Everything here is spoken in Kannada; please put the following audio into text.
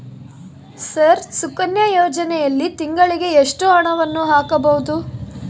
ಸರ್ ಸುಕನ್ಯಾ ಯೋಜನೆಯಲ್ಲಿ ತಿಂಗಳಿಗೆ ಎಷ್ಟು ಹಣವನ್ನು ಹಾಕಬಹುದು?